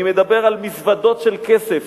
אני מדבר על מזוודות של כסף